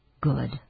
good